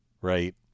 right